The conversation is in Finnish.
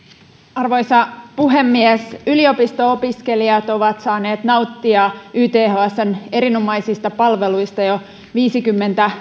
arvoisa puhemies yliopisto opiskelijat ovat saaneet nauttia ythsn erinomaisista palveluista jo viisikymmentä